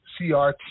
CRT